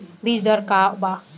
बीज दर का वा?